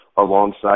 alongside